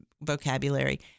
vocabulary